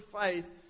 faith